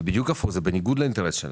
להיפך, זה בניגוד לאינטרס שלהם.